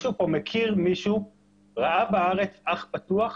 מישהו פה מכיר מישהו וראה בארץ אח פתוח?